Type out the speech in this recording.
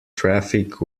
traffic